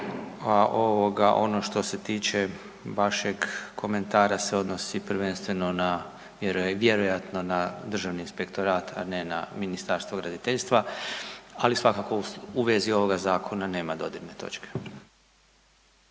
Ono što se tiče vašeg komentara se odnosi prvenstveno vjerojatno na Državni inspektora, a ne na Ministarstvo graditeljstva, ali svakako u vezi ovog zakona nema dodirne točke.